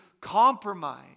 compromise